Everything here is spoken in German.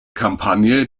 kampagne